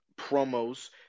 promos